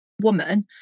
woman